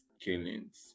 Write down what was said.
killings